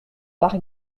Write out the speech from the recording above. par